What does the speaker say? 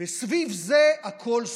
וסביב זה הכול סובב.